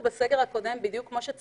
כמו שאמרו פה קולגות שלנו.